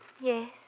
Yes